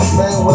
man